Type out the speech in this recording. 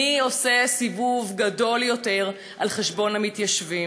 מי עושה סיבוב גדול יותר על חשבון המתיישבים.